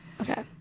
Okay